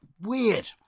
Weird